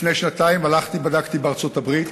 לפני שנתיים הלכתי, בדקתי, בארצות-הברית,